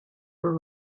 were